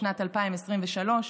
בשנת 2023,